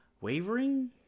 Wavering